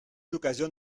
l’occasion